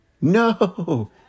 no